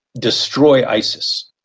destroy isis,